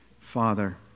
Father